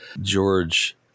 George